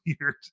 weird